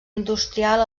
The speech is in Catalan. industrial